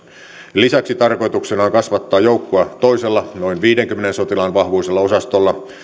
lisäksi tarkoituksena on kasvattaa joukkoa toisella noin viiteenkymmeneen sotilaan vahvuisella osastolla